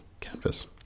Canvas